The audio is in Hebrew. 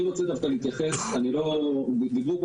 אני רוצה דווקא להתייחס דיברו פה